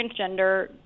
transgender